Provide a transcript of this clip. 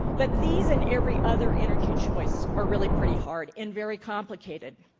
but these and every other energy choice are really pretty hard and very complicated.